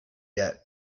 yet